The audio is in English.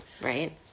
right